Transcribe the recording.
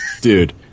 dude